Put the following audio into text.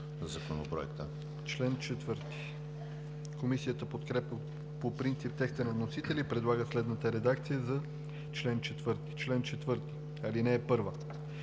Законопроект,